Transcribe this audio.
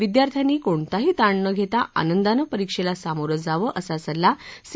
विद्यार्थ्यांनी कोणताही ताण न घेता आनंदाने परीक्षेला सामोरं जावं असा सल्ला सी